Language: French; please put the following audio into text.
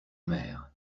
omer